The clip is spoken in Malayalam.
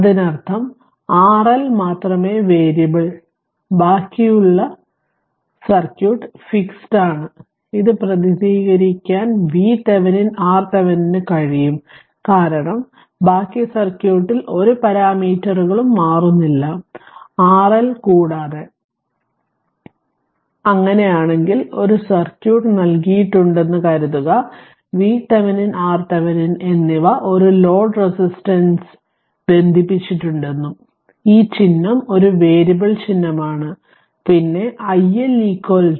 അതിനർത്ഥം RL മാത്രമേ വേരിയബിൾ ബാക്കിയുള്ള സർക്യൂട്ട് ഫിക്സഡ് ആണ് ഇത് പ്രതിനിധീകരിക്കാൻ VThevenin RThevenin നു കഴിയും കാരണം ബാക്കി സർക്യൂട്ടിൽ ഒരു പാരാമീറ്ററുകളും മാറ്റുന്നില്ല RL കൂടാതെ അതിനാൽ അങ്ങനെയാണെങ്കിൽ ഒരു സർക്യൂട്ട് നൽകിയിട്ടുണ്ടെന്നുംകരുതുക VThevenin RThevenin എന്നിവ ഒരു ലോഡ് റെസിസ്റ്റൻസ് ബന്ധിപ്പിച്ചിട്ടുണ്ടെന്നും ഈ ചിഹ്നം ഒരു വേരിയബിൾ ചിഹ്നമാണ് പിന്നെ iL iL VThevenin RThevenin RL